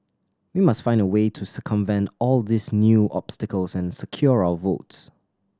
we must find a way to circumvent all these new obstacles and secure our votes